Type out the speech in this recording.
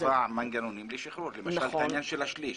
קבע מנגנונים לשחרור, למשל את העניין של השליש.